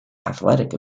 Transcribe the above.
athletic